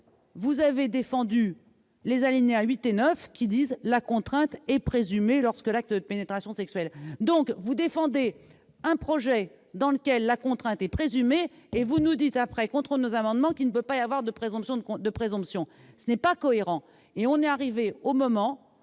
vous avez défendu les alinéas 8 et 9, qui disposent que la contrainte est présumée lorsque l'acte de pénétration sexuelle est commis. Vous défendez donc un projet dans lequel la contrainte est présumée et vous nous dites après, contre nos amendements, qu'il ne peut pas y avoir de présomption. Ce n'est pas cohérent ! Nous devons